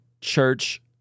Church